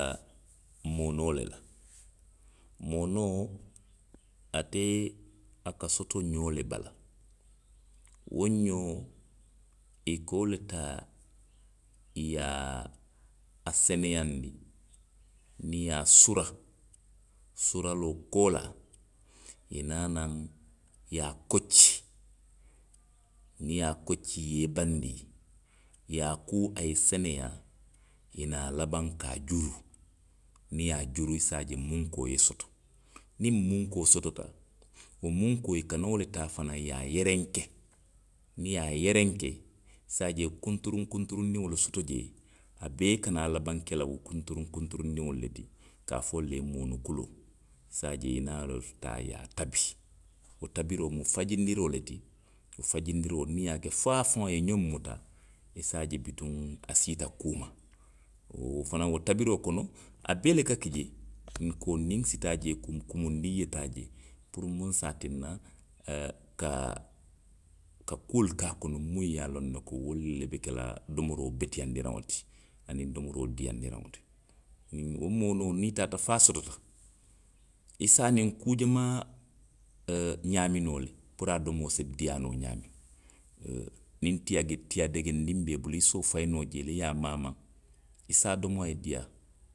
Niŋ, oo. nonoo be i bulu. i se nonoo fanaŋ doo fanaŋ ke noo jee le muŋ se a domoroo diiyaandi. Wo, wo moonoo faŋo i ka a je le ko niŋ i taata suruwaalu yaa, i ka, tentuloo doo fayi jee le, tentulundiŋ ki jee, wo fanaŋ ka a domoo beteyaandi le. Wo mufannalu le ti muŋ ye a loŋ ne ko a ka, domoroo se soto jee, kono faa ye soto jee. bari bala jaata kendeyaa ye soto jee. Donku wo le ye a tinna moonoo, ate fanaŋ mu domori le ti muŋ ye a loŋ ne ko domori ko, koto baa. Wo moonoo, ate fanaŋ mu domori koto, keebaalu la domoroo, kunuw domori bete baa loŋ. hani bii wo be moolu bulu le, nmaŋ a fayi, nmaŋ bo a to. ate niŋ i siimanta a la, ee, niŋ i siimanta a la;, i si domoroo ke domoroo muŋ ye a loŋ ne i se siinoo i maŋ toora. niŋ i naata a ke daasoomoo ti, a si ke daasoomoo ti fanaŋ muŋ ye a loŋ a ye i beteyaandi, a maŋ i toorandi feŋ na. Iyoo wo le ye a tinna ate sotota xoo le to. Wo ňoo fanaŋ, futoo ka soto wo le kono. Wo futoo, ate wo ňoo kiliŋo le ka futoo dii moolu la. Futoo fanaŋ, ate le fanaŋ yerenkaroo. niŋ i ye munkoo soto fanaŋ. niŋ i ye a yerenka, ate le fanaŋ ka meseyaa